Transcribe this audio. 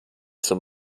zum